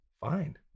Fine